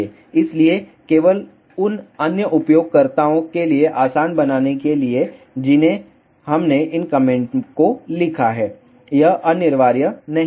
इसलिए केवल उन अन्य उपयोगकर्ताओं के लिए आसान बनाने के लिए जिन्हें हमने इन कमेंट को लिखा है यह अनिवार्य नहीं है